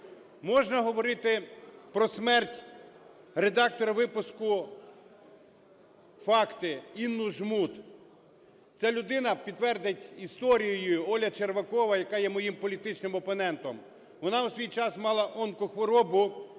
Можна говорити про смерть редактора випуску "Факти" Інну Жмуд. Ця людина - підтвердить історію її Оля Червакова, яка є моїм політичним опонентом, - вона у свій час мала онкохворобу